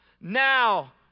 now